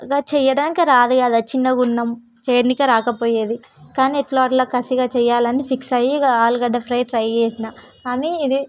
ఇక చేయడానికి రాదు కదా చిన్నగా ఉన్నాము చేయడానికి రాకపోయేది కానీ ఎలాగోలా కసిగా చేయాలని ఫిక్స్ అయి ఇక ఆలుగడ్డ ఫ్రై ట్రై చేసాను కానీ ఇది